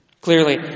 Clearly